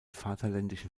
vaterländischen